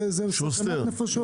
זה סכנת נפשות.